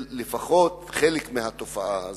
לפחות חלק מהתופעה הזאת.